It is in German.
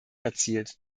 erzielt